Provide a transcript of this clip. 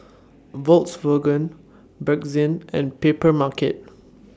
Volkswagen Bakerzin and Papermarket